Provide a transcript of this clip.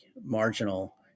marginal